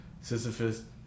sisyphus